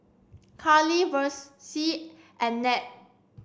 Carley and Ned